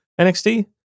NXT